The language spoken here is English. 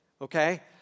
Okay